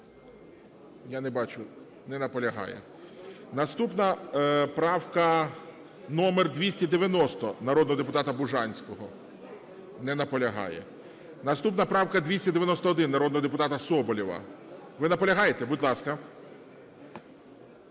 Я не бачу. Не наполягає. Наступна правка номер 290, народного депутата Бужанського. Не наполягає. Наступна правка 291, народного депутата Соболєва. Ви наполягаєте? Будь ласка.